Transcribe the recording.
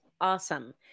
Awesome